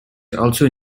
also